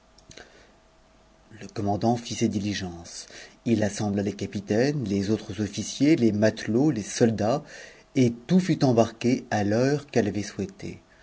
le commandant fit ses diligences il assembla les capitaines les autres officiers les matelots les soldats et tout fut embarqué à l'heure qu'elle a ait souhaité